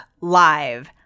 Live